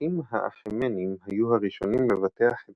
המלכים האחמנים היו הראשונים לבטח את